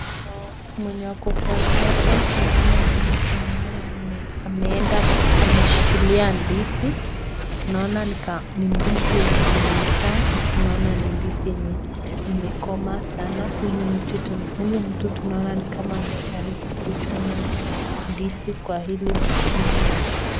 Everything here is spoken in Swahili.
Mwenye ako hapa tunaona ni mtu ambaye ameenda na ameshikilia ndizi. Tunaona ni ndizi yenye imezaa, tunaona ni ndizi yenye imekomaa sana. Huyu mtu tunaona ni kama anajaribu kuchuna ndizi kwa hili mimea.